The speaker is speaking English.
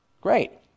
Great